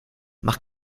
mach